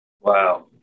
Wow